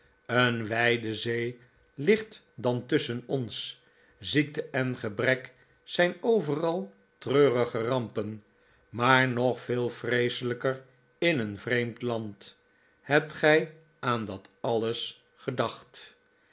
een wijde zee ligt dan tusschen ons ziekte en gebrek zijn overal treurige rampen maar nog veel vreeselijker in een vreemd land hebt gij aan dat alles gedacht